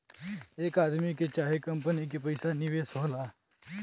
एक आदमी के चाहे कंपनी के पइसा निवेश होला